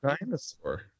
dinosaur